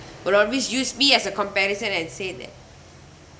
will always use me as a comparison and say that